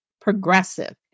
progressive